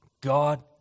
God